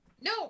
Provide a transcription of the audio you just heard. No